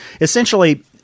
essentially